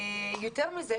יותר מזה,